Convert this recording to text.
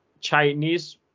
Chinese